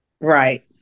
Right